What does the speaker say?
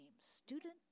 Student